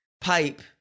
pipe